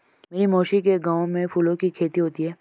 मेरी मौसी के गांव में फूलों की खेती होती है